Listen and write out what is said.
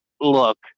Look